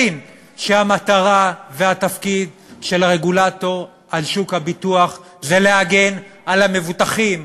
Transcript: שהמטרה והתפקיד של הרגולטור על שוק הביטוח זה להגן על המבוטחים,